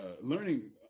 learning